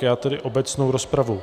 Já tedy obecnou rozpravu...